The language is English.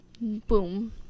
boom